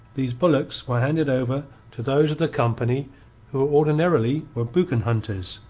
these bullocks were handed over to those of the company who ordinarily were boucan-hunters,